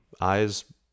eyes